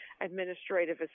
Administrative